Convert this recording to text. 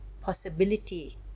possibility